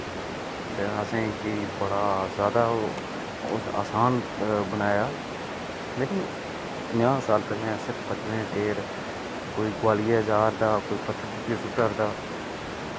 ते असेंगी बड़ा जादा ओह् आसान बनाया लेकिन पंजाह् साल पैह्लें पत्थरें दे ढेर कोई गोआलियै र जा रदा कोई पत्थर सु'ट्टा दा